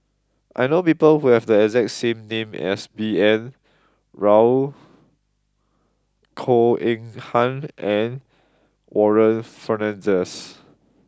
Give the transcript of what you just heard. I know people who have the exact name as B N Rao Goh Eng Han and Warren Fernandez